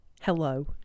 Hello